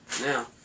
Now